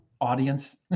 audience